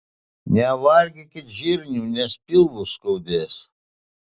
nevalgykit žirnių nes pilvus skaudės